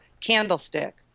candlestick